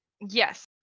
Yes